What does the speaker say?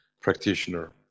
practitioner